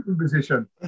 position